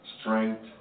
strength